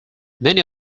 many